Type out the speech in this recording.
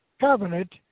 covenant